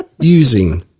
using